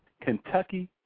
Kentucky